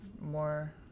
more